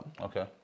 Okay